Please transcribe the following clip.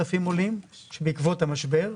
כ-5,000 עולים שבעקבות המשבר,